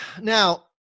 Now